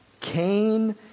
Cain